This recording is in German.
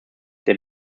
der